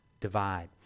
divide